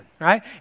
right